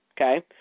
okay